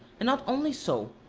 and not only so,